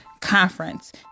conference